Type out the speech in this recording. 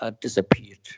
disappeared